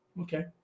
Okay